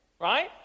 Right